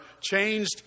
changed